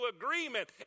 agreement